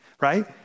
right